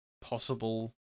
possible